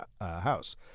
house